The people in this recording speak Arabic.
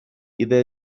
إذا